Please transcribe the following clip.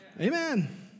Amen